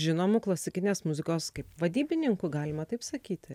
žinomu klasikinės muzikos kaip vadybininku galima taip sakyti